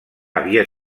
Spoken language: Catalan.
havia